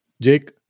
Jake